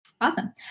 Awesome